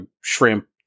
shrimp